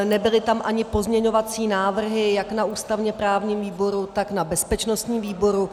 Nebyly tam ani pozměňovací návrhy, jak na ústavněprávním výboru, tak na bezpečnostním výboru.